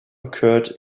occurred